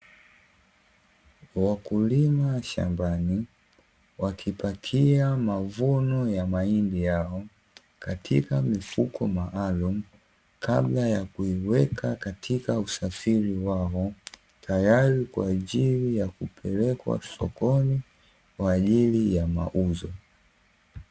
Wakulima shambani wakipakia mavuno ya mahindi yao katika mifuko maalumu kabla ya kuiweka katika usafiri wao, tayari kwa ajili ya kupelekwa sokoni kwa ajili ya mauzo.